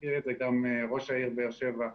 הזכיר את זה גם ראש העיר באר שבע,